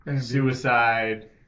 suicide